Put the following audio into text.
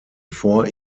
vor